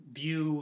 view